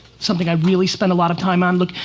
something i really spend a lot of time on. look,